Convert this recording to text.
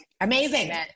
Amazing